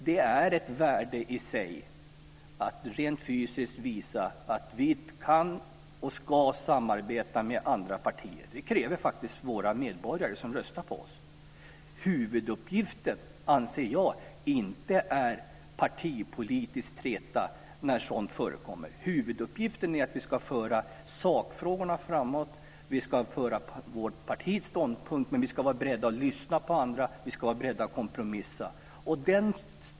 Det är ett värde i sig att rent fysiskt visa att vi kan och ska samarbeta med andra partier. Det kräver faktiskt medborgarna som röstar på oss. Huvuduppgiften anser jag inte vara partipolitisk träta. Huvuduppgiften är att vi ska föra sakfrågorna framåt. Vi ska föra fram vårt partis ståndpunkt, men vi ska vara beredda att lyssna på andra. Vi ska vara beredda att kompromissa.